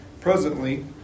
presently